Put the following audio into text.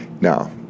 Now